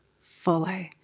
follow